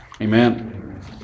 Amen